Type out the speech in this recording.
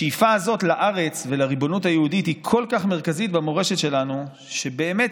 השאיפה הזאת לארץ ולריבונות היהודית היא כל כך מרכזית